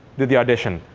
did the audition.